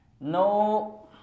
no